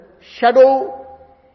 shadow